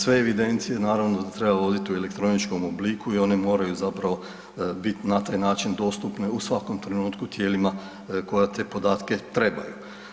Sve evidencije naravno da treba voditi u elektroničkom obliku i one moraju zapravo biti na taj način dostupne u svakom trenutku tijelima koja te podatke trebaju.